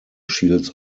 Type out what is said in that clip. shields